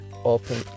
Open